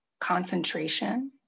concentration